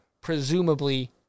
presumably